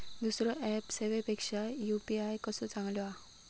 दुसरो ऍप सेवेपेक्षा यू.पी.आय कसो चांगलो हा?